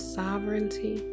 sovereignty